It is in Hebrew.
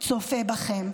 צופה בכם.